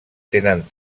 tenen